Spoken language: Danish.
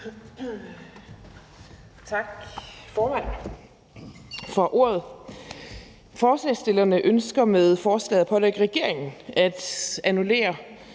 Tak for ordet, formand. Forslagsstillerne ønsker med forslaget at pålægge regeringen at annullere